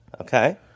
Okay